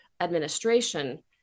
administration